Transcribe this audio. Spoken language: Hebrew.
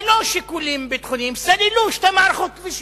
ללא שיקולים ביטחוניים, סללו שתי מערכות כבישים: